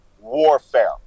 warfare